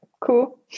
cool